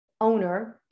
owner